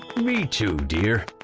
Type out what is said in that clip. me too dear,